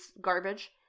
garbage